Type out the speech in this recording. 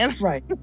right